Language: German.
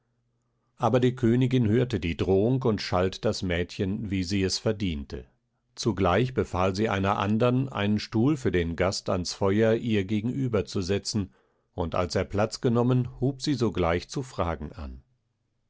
aber die königin hörte die drohung und schalt das mädchen wie sie es verdiente zugleich befahl sie einer andern einen stuhl für den gast ans feuer ihr gegenüber zu setzen und als er platz genommen hub sie sogleich zu fragen an